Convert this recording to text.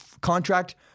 contract